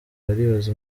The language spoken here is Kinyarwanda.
baribaza